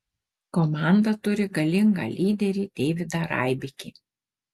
komanda turi galingą lyderį deividą raibikį